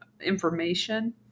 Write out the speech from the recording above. information